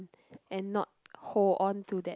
and not hold on to that